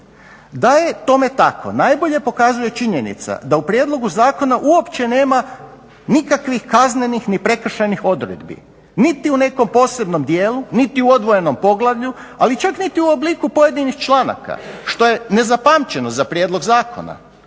Da je tome tako najbolje pokazuje činjenica da u prijedlogu zakona uopće nema nikakvih kaznenih ni prekršajnih odredbi niti u nekom posebnom dijelu, niti u odvojenom poglavlju, ali čak niti u obliku pojedinih članaka što je nezapamćeno za prijedlog zakona.